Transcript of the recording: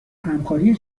همکاری